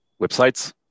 websites